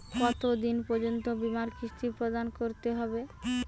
কতো দিন পর্যন্ত বিমার কিস্তি প্রদান করতে হবে?